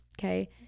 okay